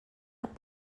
app